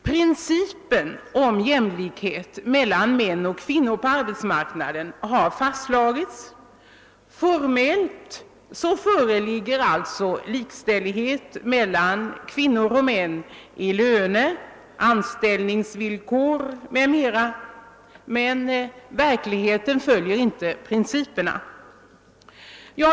Principen om jämlikhet mellan män och kvinnor på arbetsmarknaden har fastslagits. Formellt föreligger alltså likställighet mellan kvinnor och män beträffande löneoch <anställningsvillkor m.m., men verkligheten följer inte principerna.